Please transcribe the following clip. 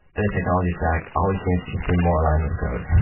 the technology stack always seems to just be more lines of code.